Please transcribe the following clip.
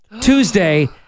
Tuesday